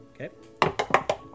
Okay